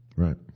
Right